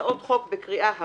הצעות חוק בקריאה הראשונה,